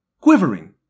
quivering